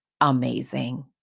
amazing